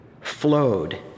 flowed